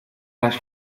las